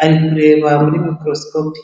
ari kureba muri microscope.